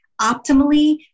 optimally